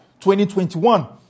2021